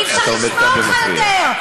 אתה עומד כאן ומפריע.